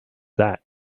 that